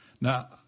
Now